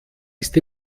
ist